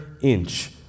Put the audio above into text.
inch